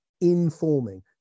Informing